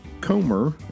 Comer